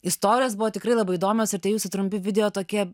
istorijos buvo tikrai labai įdomios ir tie jūsų trumpi video tokie